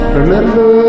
remember